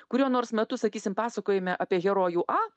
kuriuo nors metu sakysim pasakojame apie herojų a